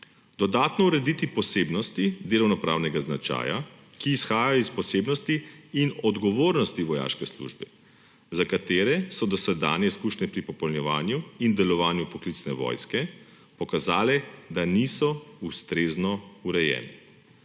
dodatno urediti posebnosti delovnopravnega značaja, ki izhajajo iz posebnosti in odgovornosti vojaške službe, za katere so dosedanje izkušnje pri popolnjevanju in delovanju poklicne vojske pokazale, da niso ustrezno urejene;